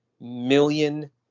million